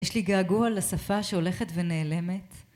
יש לי געגוע לשפה שהולכת ונעלמת